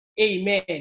Amen